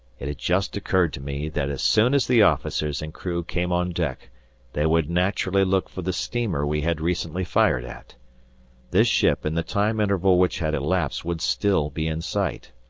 it had just occurred to me that as soon as the officers and crew came on deck they would naturally look for the steamer we had recently fired at this ship in the time interval which had elapsed would still be in sight.